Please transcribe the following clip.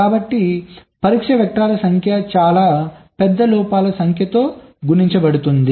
కాబట్టి పరీక్ష వెక్టర్స్ సంఖ్య చాలా పెద్ద లోపాల సంఖ్యతో గుణించబడుతుంది